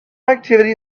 activity